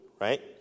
right